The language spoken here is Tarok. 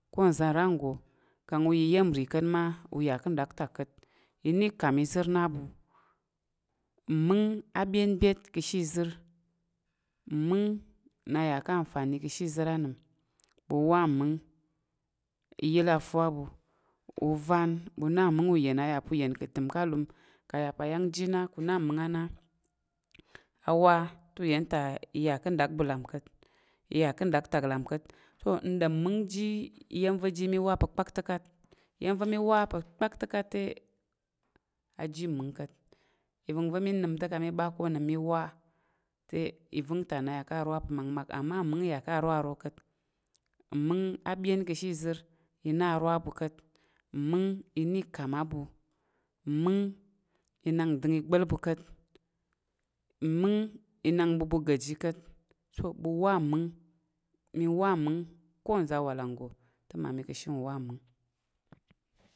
Ko nza̱ ra nggo kang ɓu ya iya̱m nri ka̱t ma iya kang ɗaktak ka̱t. I na ikam-ìz; er na á ɓu. Mmung a byen byet ka̱ "anfani" ka̱ ashe ìzər anəm. Ɓu wa mmung, iyel afu a ɓu, ovan ɓu na mmung uyen a yà pa̱ uyen ka̱ təm ka̱ alum ka̱ a yà pa̱ ayang ji na ku na mmung a na awa te, uyen ta iya ka̱ ɗak ɓu lam ka̱t, iya ka̱ ɗaktak lam ka̱t. "so" n ɗom mmung ji iya̱m va̱ ji mi wa pa̱ kpakkətak. Iya̱m va̱ mi wa pa̱ kpaktak te a ji mung ka̱t. Ivəngva̱ mi nəm ka̱ mi ɓa ko onəm i wa te ivəngta na ya ka̱ rwa pa̱ makmak. Amma mmung ya ká̱ rawa a ro ka̱t. Mmung abyen ka̱ ashe ìzər, ina arwa á ɓu ka̱t mmung ina ikam á ɓu. Mmung inang ndəng igba̱l ɓu ka̱t. Mmung inang ɓu ɓu gaji ka̱t, ka̱kul pa̱ ɓu wa mmung mi wa mmung ko nza̱ awalang nggo te mmami ka̱ ashe nwa mmung.